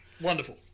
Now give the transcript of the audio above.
Wonderful